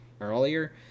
earlier